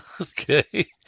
okay